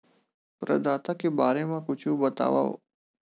प्रदाता के बारे मा कुछु बतावव?